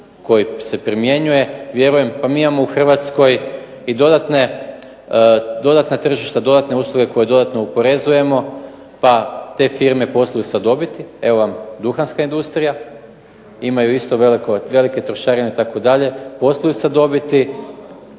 koji se primjenjuje. Vjerujem, pa mi imamo u Hrvatskoj i dodatna tržišta, dodatne usluge koje dodatno oporezujemo pa te firme posluju sa dobiti. Evo vam duhanska industrija. Imaju isto velike trošarine itd., posluju sa dobiti